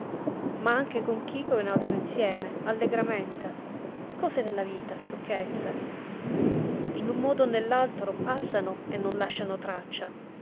ma anche con chico e un altro insieme allegramente cose della vita sciocchezze in un modo o nell'altro passano e non lasciano traccia